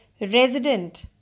resident